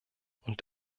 und